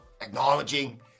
acknowledging